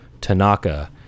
Tanaka